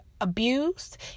abused